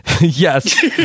Yes